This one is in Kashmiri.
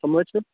کٕم حَظ چھِو